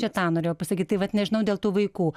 čia tą norėjau pasakyt tai vat nežinau dėl tų vaikų